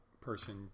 person